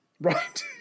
Right